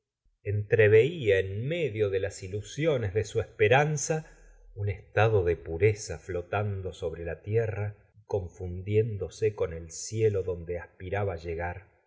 rnamente entreveía en medio de las ilusiones de su esperanza un estado de pureza flotando sobre la tierra y con gustavo f laubert fundiéndose con el cielo donde aspiraba llegar